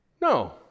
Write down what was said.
No